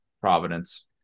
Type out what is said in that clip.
Providence